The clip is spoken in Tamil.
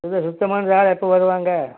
இல்லை சுத்தம் பண்ணுற ஆள் எப்போது வருவாங்க